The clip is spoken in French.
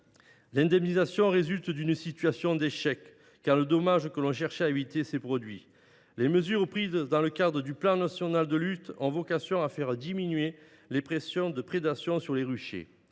prévention et de lutte ont échoué et que le dommage que l’on cherchait à éviter s’est produit. Les mesures prises dans le cadre du plan national de lutte ont vocation à faire diminuer les pressions de prédation sur les ruchers.